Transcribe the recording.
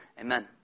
Amen